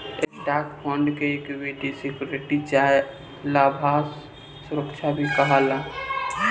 stock fund के equity security चाहे लाभांश सुरक्षा भी कहाला